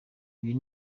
uyu